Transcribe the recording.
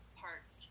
parts